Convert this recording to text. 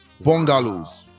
bungalows